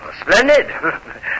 Splendid